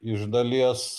iš dalies